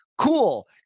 cool